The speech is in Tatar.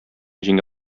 җиңә